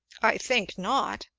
i think not,